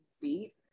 beat